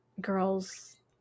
girls